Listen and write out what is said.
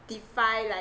defy like